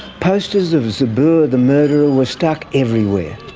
posters of zabur the murderer were stuck everywhere.